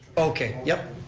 okay, yep.